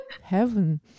heaven